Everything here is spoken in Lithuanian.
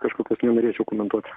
kažkokios nenorėčiau komentuot